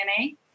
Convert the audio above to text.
DNA